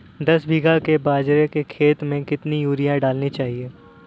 दस बीघा के बाजरे के खेत में कितनी यूरिया डालनी चाहिए?